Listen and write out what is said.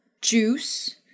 juice